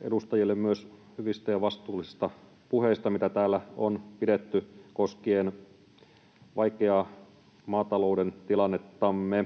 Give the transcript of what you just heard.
edustajille myös hyvistä ja vastuullisista puheista, mitä täällä on pidetty koskien vaikeaa maatalouden tilannettamme.